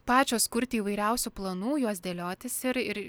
pačios kurti įvairiausių planų juos dėliotis ir ir